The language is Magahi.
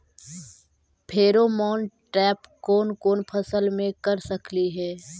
फेरोमोन ट्रैप कोन कोन फसल मे कर सकली हे?